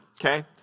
okay